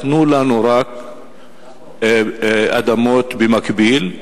תנו לנו רק אדמות במקביל,